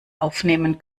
aufnehmen